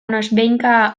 noizbehinka